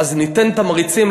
ניתן תמריצים,